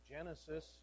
Genesis